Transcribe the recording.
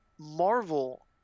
Marvel